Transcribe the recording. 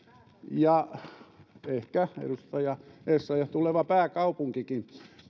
ehkä edustaja essayah tuleva pääkaupunkikin